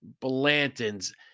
Blanton's